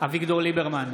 אביגדור ליברמן,